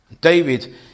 david